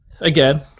again